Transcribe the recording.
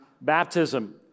baptism